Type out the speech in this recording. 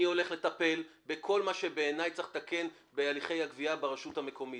אני הולך לטפל בכל מה שבעיניי צריך לתקן בהליכי הגבייה ברשות המקומית,